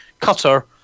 cutter